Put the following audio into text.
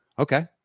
Okay